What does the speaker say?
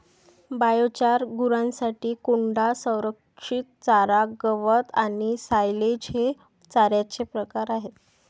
biochar, गुरांसाठी कोंडा, संरक्षित चारा, गवत आणि सायलेज हे चाऱ्याचे प्रकार आहेत